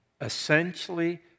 Essentially